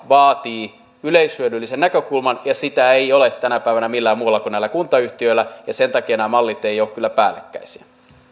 vaatii yleishyödyllisen näkökulman ja sitä ei ole tänä päivänä millään muulla kuin näillä kuntayhtiöillä ja sen takia nämä mallit eivät ole kyllä päällekkäisiä